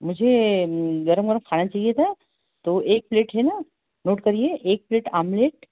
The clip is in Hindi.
मुझे गरम गरम खाना चाहिए था तो एक प्लेट है ना नोट करिए एक प्लेट ऑमलेट